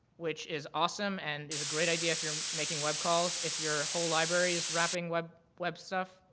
which is awesome and is a great idea if you're making web calls. if your whole library is wrapping web web stuff,